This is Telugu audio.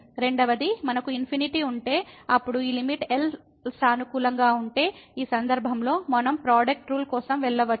రెండవది మనకు ఇన్ఫినిటీ ఉంటే అప్పుడు ఈ లిమిట్ L సానుకూలంగా ఉంటే ఈ సందర్భంలో మనం ప్రోడక్ట్ రూల్ కోసం వెళ్ళవచ్చు